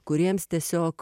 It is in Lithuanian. kuriems tiesiog